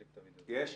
טוב.